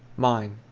mine.